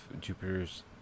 Jupiter's